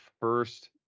first